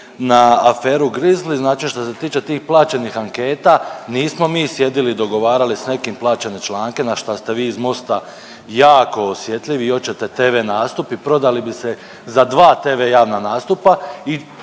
na aferu Grizli, znači što se tiče tih plaćenih anketa nismo mi sjedili i dogovarali s nekim plaćene članke na šta ste vi iz Mosta jako osjetljivi i oćete tv nastup i prodali bi se za dva tv javna nastupa